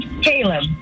Caleb